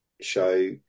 show